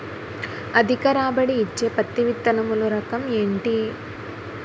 అధిక రాబడి ఇచ్చే పత్తి విత్తనములు రకం ఏంటి?